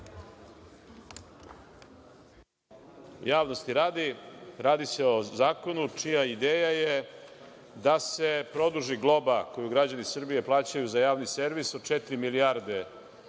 Javnosti radi, radi se o zakonu, čija je ideja da se produži globa koju građani Srbije plaćaju za javni servis od četiri milijarde